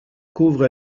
couvre